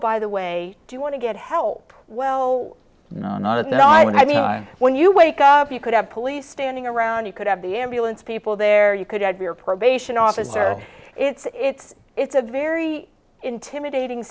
by the way do you want to get help well i mean when you wake up you could have police standing around you could have the ambulance people there you could add your probation officer it's it's it's a very intimidating